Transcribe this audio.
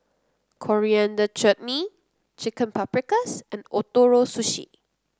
Coriander Chutney Chicken Paprikas and Ootoro Sushi